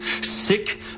sick